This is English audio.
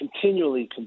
continually